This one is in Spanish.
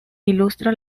ilustra